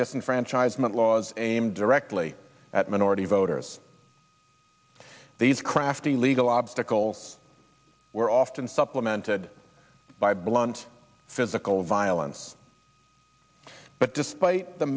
disenfranchisement laws aimed directly at minority voters these crafty legal obstacles were often supplemented by blunt physical violence but despite the